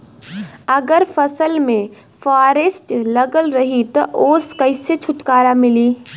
अगर फसल में फारेस्ट लगल रही त ओस कइसे छूटकारा मिली?